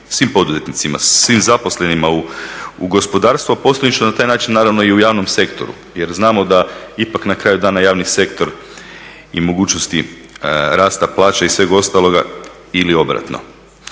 svim poduzetnicima, svim zaposlenima u gospodarstvu, a posljedično na taj način i u javnom sektoru jel znamo da ipak na kraju dana javni sektor i mogućnosti rasta plaća i sveg ostalog ili obratno